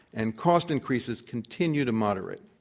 and cost increases continue to moderate.